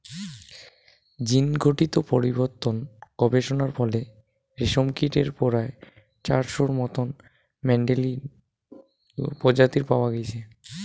জীনঘটিত পরিবর্তন গবেষণার ফলে রেশমকীটের পরায় চারশোর মতন মেন্ডেলীয় প্রজাতি পাওয়া গেইচে